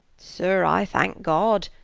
sir i thanke god,